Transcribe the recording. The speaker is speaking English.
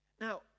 Now